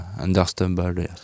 understandable